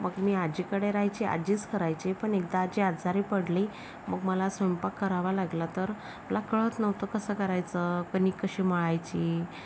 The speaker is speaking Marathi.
मग मी आजीकडे राहायची आजीच करायची पण एकदा आजी आजारी पडली मग मला स्वयंपाक करावा लागला तर मला कळत नव्हतं कसं करायचं कणिक कशी मळायची